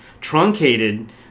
truncated